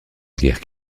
guerre